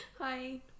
hi